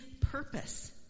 purpose